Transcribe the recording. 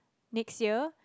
next year